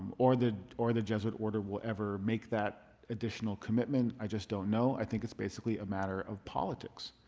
or the or the jesuit order will ever make that additional commitment. i just don't know. i think it's basically a matter of politics.